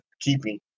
keeping